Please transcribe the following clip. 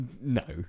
no